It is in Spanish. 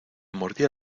mordía